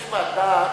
יש ועדה משותפת,